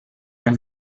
nel